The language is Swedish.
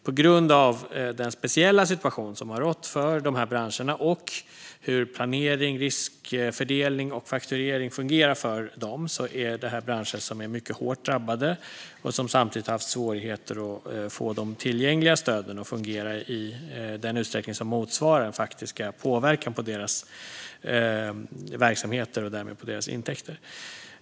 På grund av den speciella situation som har rått för de här branscherna och hur planering, riskfördelning och fakturering fungerar för dem är de här branscherna mycket hårt drabbade, och samtidigt har de haft svårt att få de tillgängliga stöden att fungera i den utsträckning som motsvarar den faktiska påverkan på verksamheterna och därmed på intäkterna.